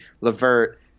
LeVert